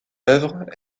œuvre